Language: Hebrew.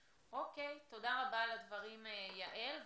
אוקיי, תודה רבה על הדברים, יעל.